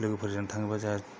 लोगोफोरजों थाङोब्ला जोंहा